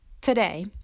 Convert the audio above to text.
Today